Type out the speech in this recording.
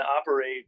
operate